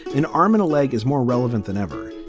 an arm and a leg is more relevant than ever.